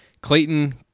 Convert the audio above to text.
Clayton